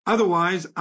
Otherwise